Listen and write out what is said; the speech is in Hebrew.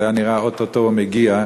זה היה נראה שאו-טו-טו הוא מגיע,